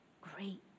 great